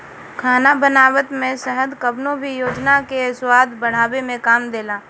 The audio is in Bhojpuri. खाना बनावत में शहद कवनो भी भोजन के स्वाद बढ़ावे में काम देला